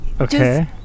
Okay